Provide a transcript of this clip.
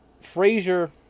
Frazier